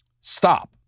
Stop